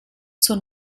zur